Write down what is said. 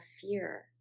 fear